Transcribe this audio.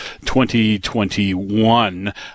2021